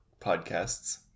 podcasts